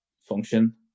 function